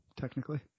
technically